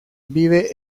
vive